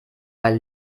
weil